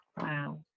Wow